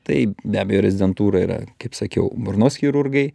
tai be abejo rezidentūra yra kaip sakiau burnos chirurgai